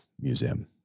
Museum